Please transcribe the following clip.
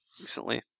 recently